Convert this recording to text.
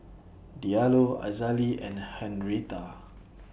Diallo Azalee and Henretta